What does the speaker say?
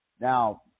Now